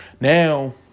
Now